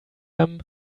them